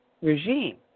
regime